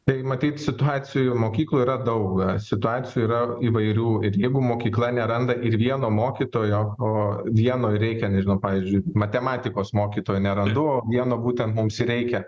tai matyt situacijų mokykloj yra daug situacijų yra įvairių ir jeigu mokykla neranda ir vieno mokytojo o vieno reikia nežinau pavyzdžiui matematikos mokytojo nerado o vieno būtent mums reikia